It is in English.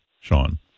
Sean